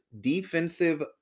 defensive